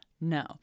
no